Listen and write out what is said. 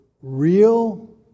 real